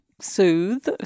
soothe